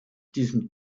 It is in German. diesem